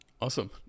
awesome